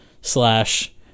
slash